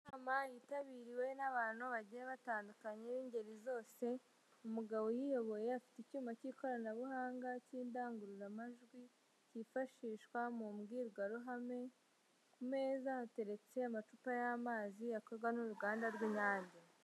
Inama yitabiriwe n'abantu bagiye batandukanye b'ingeri zose umugabo uyiyoboye afite icyuma cy'ikoranabuhanga cy'indangururamajwi kifashishwa mu mbwirwaruhame ku meza hateretse amacupa y'amazi akorwa n'uruganda rw'inyange